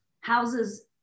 houses